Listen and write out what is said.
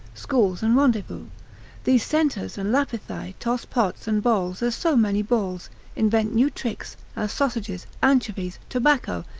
schools and rendezvous these centaurs and lapithae toss pots and bowls as so many balls invent new tricks, as sausages, anchovies, tobacco,